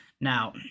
Now